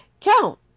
Count